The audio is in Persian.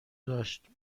داشت